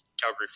calgary